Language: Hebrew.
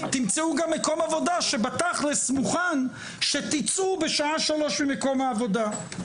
תמצאו גם מקום עבודה שבתכלס מוכן שתצאו בשעה 15:00 ממקום העבודה.